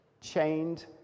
chained